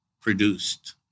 produced